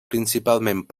principalment